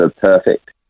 perfect